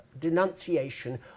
denunciation